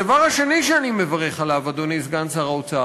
הדבר השני שאני מברך עליו, אדוני סגן שר האוצר,